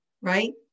right